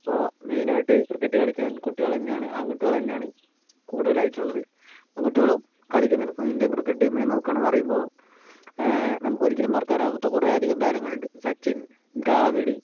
ഇപ്പോൾ മെയിനായിട്ട് ക്രിക്കറ്റ് കളിയ്ക്കാൻ കുട്ടികൾ തന്നെയാണ് ആൺ കുട്ടികൾ തന്നെയാണ് കൂടുതലായിട്ടുള്ളത് പെൺകുട്ടികളും കളിക്കുന്നുണ്ട് ഇപ്പോൾ ഇന്ത്യൻ ക്രിക്കറ്റ് ടീമിനെ നോക്കുകയാണ് പറയുമ്പോൾ നമുക്ക് ഒരിക്കലും മറക്കാനാവാത്ത കുറേ അധികം താരങ്ങളുണ്ട് സച്ചിൻ ദ്രാവിഡ്